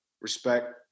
Respect